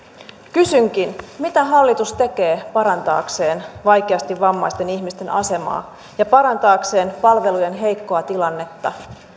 kysynkin mitä hallitus tekee parantaakseen vaikeasti vammaisten ihmisten asemaa ja parantaakseen palvelujen heikkoa tilannetta